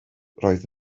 roedd